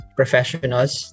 professionals